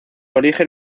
origen